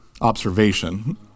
observation